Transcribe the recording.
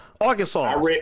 Arkansas